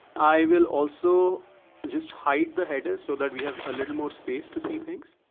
i will also just hide the headers so that we have a little more space to see things.